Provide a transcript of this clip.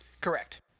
Correct